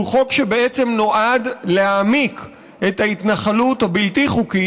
שהוא חוק שבעצם נועד להעמיק את ההתנחלות הבלתי-חוקית,